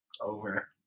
Over